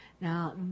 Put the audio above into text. Now